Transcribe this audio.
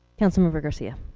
councilmember garcia.